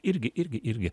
irgi irgi irgi